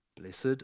Blessed